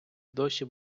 досі